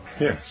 Yes